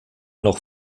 noch